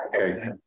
Okay